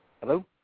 Hello